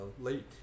late